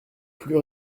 plus